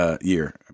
year